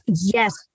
Yes